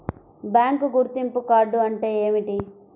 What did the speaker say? Bank గుర్తింపు card అంటే ఏమిటి?